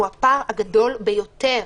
הפער גדול ביותר.